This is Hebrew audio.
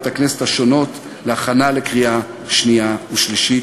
הכנסת השונות להכנה לקריאה שנייה ושלישית.